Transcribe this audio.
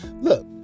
Look